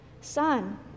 son